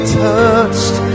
touched